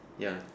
ya